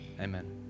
Amen